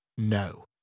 No